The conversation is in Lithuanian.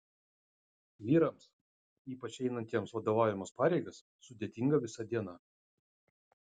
vyrams ypač einantiems vadovaujamas pareigas sudėtinga visa diena